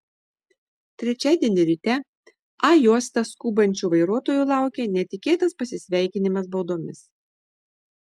trečiadienį ryte a juosta skubančių vairuotojų laukė netikėtas pasisveikinimas baudomis